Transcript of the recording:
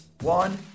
One